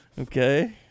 Okay